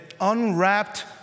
unwrapped